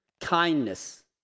kindness